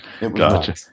Gotcha